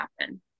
happen